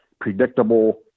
predictable